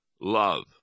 love